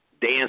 dance